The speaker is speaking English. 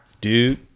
dude